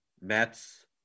Mets